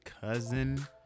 cousin